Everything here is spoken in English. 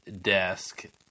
desk